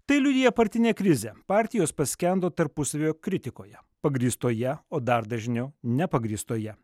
tai liudija partinė krizė partijos paskendo tarpusavio kritikoje pagrįstoje o dar dažniau nepagrįstoje